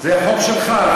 זה חוק שלךָ.